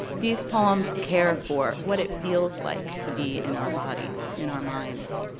these poems care for what it feels like to be in our bodies, in our minds.